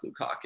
Lukaku